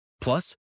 Plus